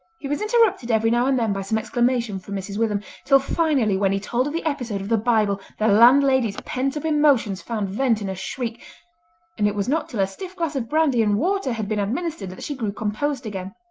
he was interrupted every now and then by some exclamation from mrs. witham, till finally when he told of the episode of the bible the landlady's pent-up emotions found vent in a shriek and it was not till a stiff glass of brandy and water had been administered that she grew composed again.